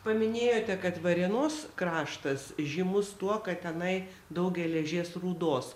paminėjote kad varėnos kraštas žymus tuo kad tenai daug geležies rūdos